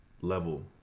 level